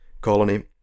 colony